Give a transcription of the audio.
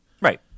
Right